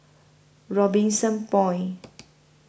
Robinson Point